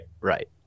right